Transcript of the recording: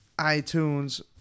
iTunes